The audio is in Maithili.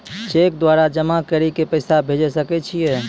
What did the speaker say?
चैक द्वारा जमा करि के पैसा भेजै सकय छियै?